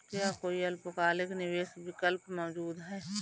क्या कोई अल्पकालिक निवेश विकल्प मौजूद है?